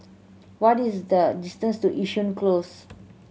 what is the distance to Yishun Close